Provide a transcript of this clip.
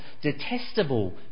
detestable